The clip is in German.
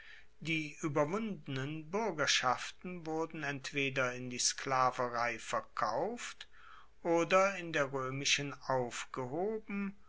die ueberwundenen buergerschaften wurden entweder in die sklaverei verkauft oder in der roemischen aufgehoben